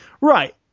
right